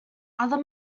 other